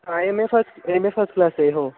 हा M A first M A first class आहे हो